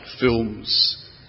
films